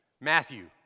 Matthew